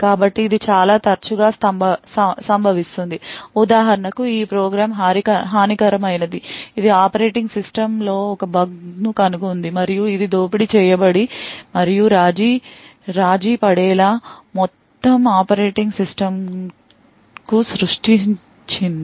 కాబట్టి ఇది చాలా తరచుగా సంభవిస్తుంది ఉదాహరణకు ఈ ప్రోగ్రామ్ హానికరమైనది ఇది ఆపరేటింగ్ సిస్టమ్లో ఒక బగ్ను కనుగొంది మరియు ఇది దోపిడీ చేయబడి మరియు రాజీ పడెలా మొత్తం ఆపరేటింగ్ సిస్టమ్ కు సృష్టించింది